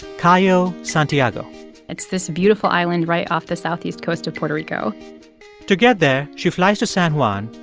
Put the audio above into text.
cayo santiago it's this beautiful island right off the southeast coast of puerto rico to get there, she flies to san juan,